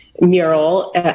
mural